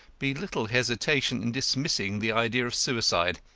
be little hesitation in dismissing the idea of suicide.